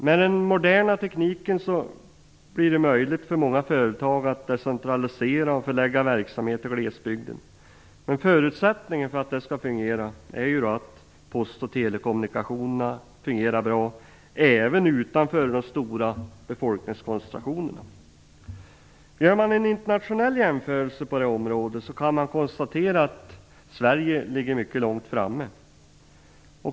Med den moderna tekniken blir det möjligt för många företag att decentralisera och förlägga verksamhet till glesbygden. Men förutsättningen för att det skall fungera är att post och telekommunikationerna fungerar bra även utanför de stora befolkningskoncentrationerna. Gör man en internationell jämförelse på det här området kan man konstatera att Sverige ligger mycket långt framme.